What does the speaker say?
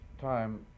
time